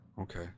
Okay